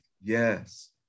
Yes